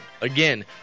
Again